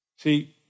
See